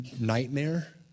nightmare